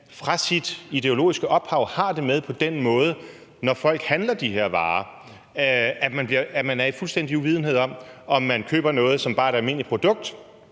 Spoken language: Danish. fra sit ideologiske ophav har det med, at når folk handler de her varer, er de i fuldstændig uvidenhed om, om de køber noget, der bare er et almindeligt produkt,